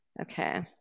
okay